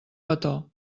petó